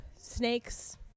snakes